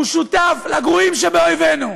הוא שותף לגרועים שבאויבינו.